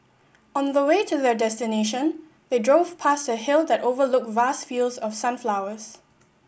on the way to their destination they drove past a hill that overlooked vast fields of sunflowers